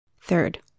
Third